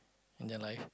in their life